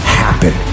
happen